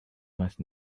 must